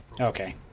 Okay